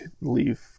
leave